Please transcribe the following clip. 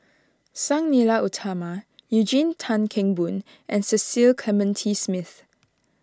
Sang Nila Utama Eugene Tan Kheng Boon and Cecil Clementi Smith